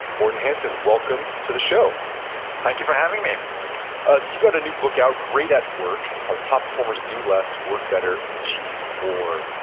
morten hansen, welcome to the show thank you for having me so you got a new book out, great at work, how top performers do less, work better, and achieve more.